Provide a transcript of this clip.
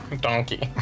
Donkey